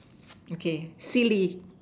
okay silly